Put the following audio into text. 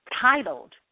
titled